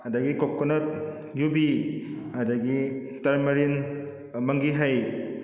ꯑꯗꯒꯤ ꯀꯣꯀꯣꯅꯠ ꯌꯨꯕꯤ ꯑꯗꯒꯤ ꯇꯔꯃꯔꯤꯟ ꯃꯪꯒꯤ ꯍꯩ